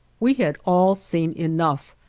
we had all seen enough,